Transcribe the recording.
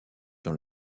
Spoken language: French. dans